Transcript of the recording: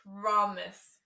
Promise